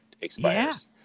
Expires